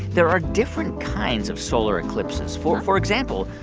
there are different kinds of solar eclipses. for for example,